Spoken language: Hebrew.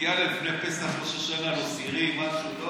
מגיע לפני פסח, ראש השנה, לא סירים, משהו?